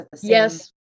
Yes